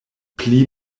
pli